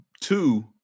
Two